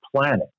planet